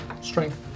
strength